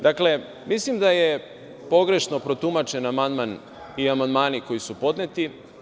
Dakle, mislim da je pogrešno protumačen amandman i amandmani koji su podneti.